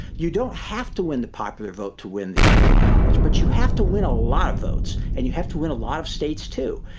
you don't have to win the popular vote to win the electoral college, but you have to win a lot of votes, and you have to win a lot of states, too.